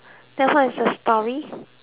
story so what